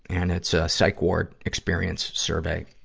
and it's a psych ward experience survey.